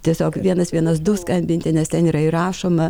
tiesiog vienas vienas du skambinti nes ten yra įrašoma